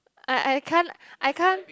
I I can't I can't